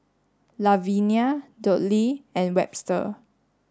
Lavinia Dudley and Webster